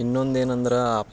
ಇನ್ನೊಂದು ಏನಂದ್ರೆ